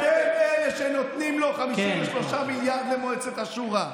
אתם אלה שנותנים לו 53 מיליארד למועצת השורא.